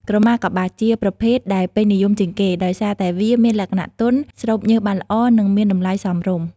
ក្រមាកប្បាស ជាប្រភេទដែលពេញនិយមជាងគេ ដោយសារតែវាមានលក្ខណៈទន់ ស្រូបញើសបានល្អ និងមានតម្លៃសមរម្យ។